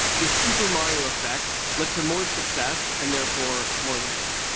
this super mario effect led to more success and therefore more learning.